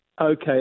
Okay